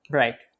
right